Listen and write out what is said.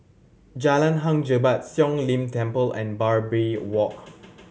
Jalan Hang Jebat Siong Lim Temple and Barbary Walk